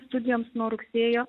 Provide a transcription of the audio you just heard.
studijoms nuo rugsėjo